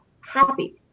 happy